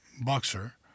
boxer